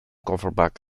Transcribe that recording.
kofferbak